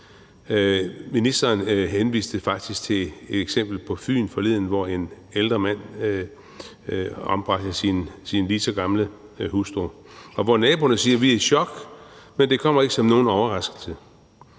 Ministeren henviste faktisk til et eksempel på Fyn forleden, hvor en ældre mand ombragte sin lige så gamle hustru, og hvor naboerne siger: Vi er i chok, men det kommer ikke som nogen overraskelse.